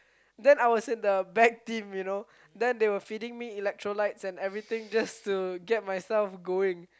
then I was in a back team you know then they were feeding me electrolytes and everything just to get myself going